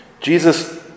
Jesus